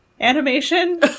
animation